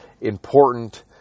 important